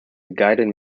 guided